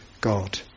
God